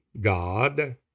God